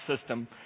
system